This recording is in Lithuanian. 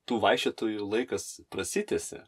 tų vaikščiotojų laikas prasitęsė